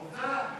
עובדה.